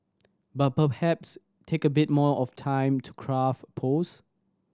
but perhaps take a bit more of time to craft post